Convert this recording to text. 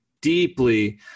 deeply